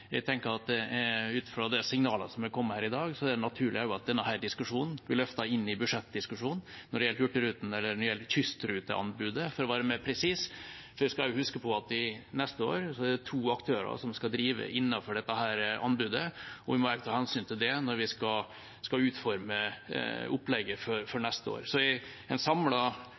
Ut fra de signalene som har kommet her i dag, er det naturlig at denne diskusjonen blir løftet inn i budsjettdiskusjonen. Når det gjelder Hurtigruten, eller kystruteanbudet, for å være mer presis, skal vi huske på at neste år er det to aktører som skal drive innenfor dette anbudet. Vi må ta hensyn til det når vi skal utforme opplegget for neste år. Så en samlet vurdering gjort i